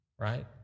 Right